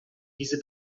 diese